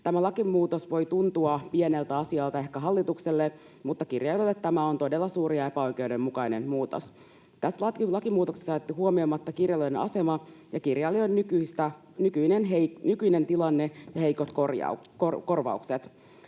Tämä lakimuutos voi tuntua pieneltä asialta ehkä hallitukselle, mutta kirjailijoille tämä on todella suuri ja epäoikeudenmukainen muutos. Tässä lakimuutoksessa on jätetty huomioimatta kirjailijoiden asema ja kirjailijoiden nykyinen tilanne ja heikot korvaukset.